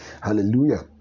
Hallelujah